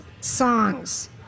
songs